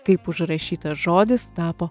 kaip užrašytas žodis tapo